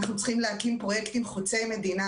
אנחנו צריכים להקים פרויקטים חוצי מדינה